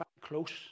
close